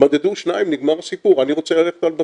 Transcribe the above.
מדדו 2 נגמר הסיפור, אני רוצה ללכת פה על בטוח.